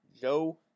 joe